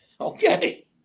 Okay